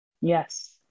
Yes